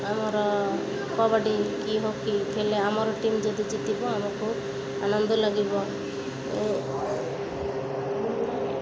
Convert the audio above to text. ଆମର କବାଡ଼ି କି ହକି ହେଲେ ଆମର ଟିମ୍ ଯଦି ଜିତିବ ଆମକୁୁ ଆନନ୍ଦ ଲାଗିବ